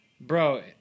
bro